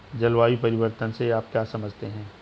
जलवायु परिवर्तन से आप क्या समझते हैं?